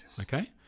Okay